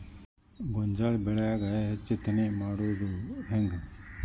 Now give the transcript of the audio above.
ಗೋಂಜಾಳ ಬೆಳ್ಯಾಗ ಹೆಚ್ಚತೆನೆ ಮಾಡುದ ಹೆಂಗ್?